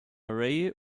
ray